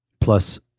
plus